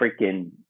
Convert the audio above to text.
freaking